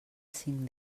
cinc